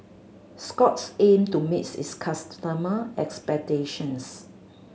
scott's aim to meet its expectations